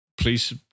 please